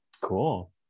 Cool